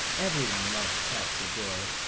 everyone loved patsy doyle,